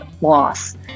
loss